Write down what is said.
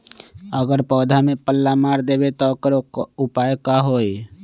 अगर पौधा में पल्ला मार देबे त औकर उपाय का होई?